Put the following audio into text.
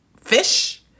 fish